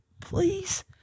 please